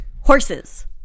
Horses